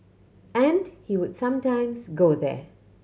and he would sometimes go there